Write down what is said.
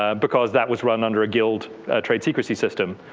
ah because that was run under a guild trade secrecy system.